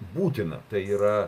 būtina tai yra